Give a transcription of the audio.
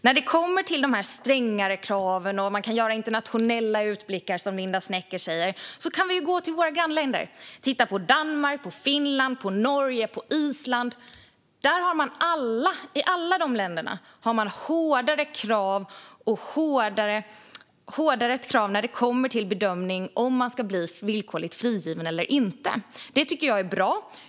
När det kommer till de strängare kraven och att man kan göra internationella utblickar, som Linda Westerlund Snecker sa, kan vi gå till våra grannländer och titta på Danmark, Finland, Norge och Island. I alla dessa länder har man hårdare krav när det gäller bedömning av om man ska bli villkorligt frigiven eller inte. Detta tycker jag är bra.